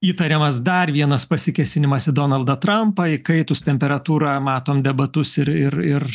įtariamas dar vienas pasikėsinimas į donaldą trampą įkaitus temperatūra matom debatus ir ir ir